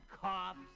cops